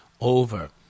over